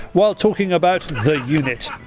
whilst talking about the unit,